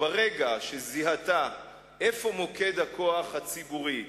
שברגע שזיהתה איפה מוקד הכוח הציבורי,